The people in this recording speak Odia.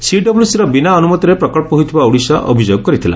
ସିଡବ୍ଘ୍ୟସିର ବିନା ଅନୁମତିରେ ପ୍ରକଳ୍ଚ ହୋଇଥିବା ଓଡ଼ିଶା ଅଭିଯୋଗ କରିଥିଲା